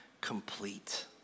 complete